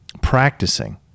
practicing